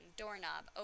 doorknob